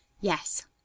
yes